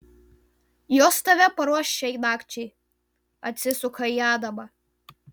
jos tave paruoš šiai nakčiai atsisuka į adamą